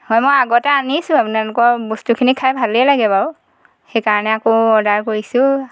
হয় মই আগতে আনিছো আপোনালোকৰ বস্তুখিনি খাই ভালে লাগে বাৰু সেইকাৰণে আকৌ অৰ্ডাৰ কৰিছো